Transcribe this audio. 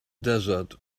desert